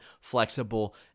flexible